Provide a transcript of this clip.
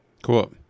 Cool